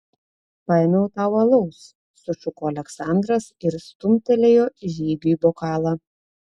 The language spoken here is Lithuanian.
paėmiau tau alaus sušuko aleksandras ir stumtelėjo žygiui bokalą